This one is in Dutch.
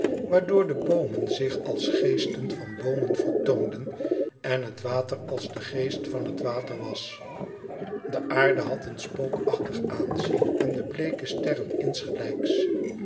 waardoor de boomen zich als geesten van boomen vertoonden en het water als de geest van het water was de aarde had een spookachtig aanzien en de bleeke sterren insgelijks